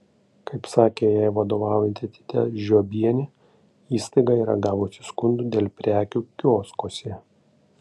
kaip sakė jai vadovaujanti edita žiobienė įstaiga yra gavusi skundų dėl prekių kioskuose